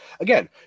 Again